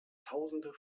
tausende